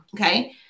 Okay